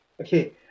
Okay